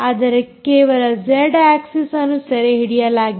ಅಂದರೆ ಕೇವಲ Z axis ಅನ್ನು ಸೆರೆಹಿಡಿಯಲಾಗಿದೆ